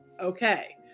Okay